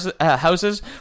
houses